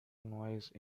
noise